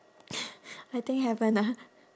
I think haven't ah